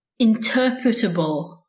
interpretable